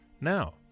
Now